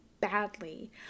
badly